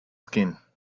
skin